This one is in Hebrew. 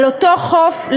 על אותו חוף,